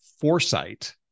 foresight